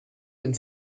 den